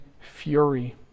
fury